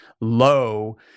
low